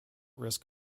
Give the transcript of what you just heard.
risk